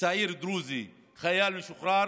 שצעיר דרוזי, חייל משוחרר,